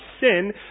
sin